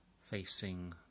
facing